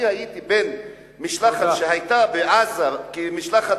אני הייתי במשלחת שהיתה בעזה כמשלחת